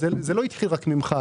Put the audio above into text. התחיל רק ממך,